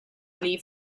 leave